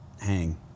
hang